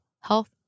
health